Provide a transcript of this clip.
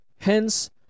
Hence